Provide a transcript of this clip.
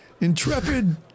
Intrepid